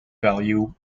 value